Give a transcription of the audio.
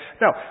Now